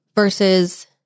Versus